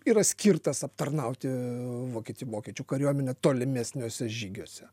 yra skirtas aptarnauti vokieti vokiečių kariuomenę tolimesniuose žygiuose